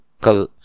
Cause